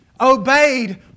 obeyed